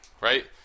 right